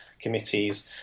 Committees